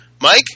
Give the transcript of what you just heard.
Mike